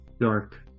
Dark